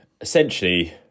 essentially